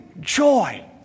joy